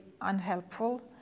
unhelpful